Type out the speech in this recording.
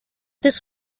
this